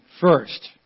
First